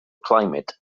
climate